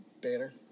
Banner